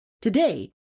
Today